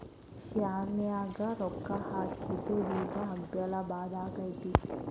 ಶೆರ್ನ್ಯಾಗ ರೊಕ್ಕಾ ಹಾಕಿದ್ದು ಈಗ್ ಅಗ್ದೇಲಾಭದಾಗೈತಿ